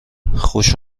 خوش